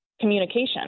communication